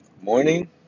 morning